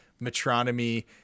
Metronomy